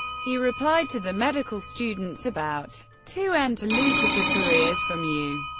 he replied to the medical students, about to enter lucrative careers, from you.